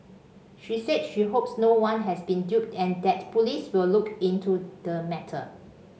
she said she hopes no one has been duped and that police will look into the matter